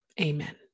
Amen